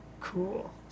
Cool